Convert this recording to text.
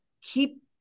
Keep